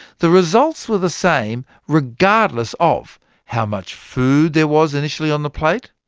the results were the same, regardless of how much food there was initially on the plate,